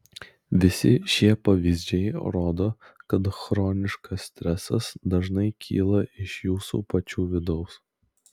visi šie pavyzdžiai rodo kad chroniškas stresas dažnai kyla iš jūsų pačių vidaus